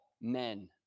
men